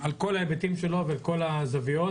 על כל ההיבטים שלו וכל הזוויות,